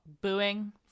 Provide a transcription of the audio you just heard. booing